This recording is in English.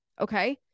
okay